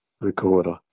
recorder